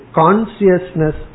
consciousness